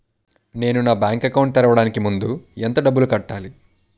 నేను నా bank account తెరవడానికి ముందు ఎంత డబ్బులు కట్టాలి?